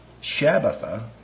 Shabbatha